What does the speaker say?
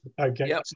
Okay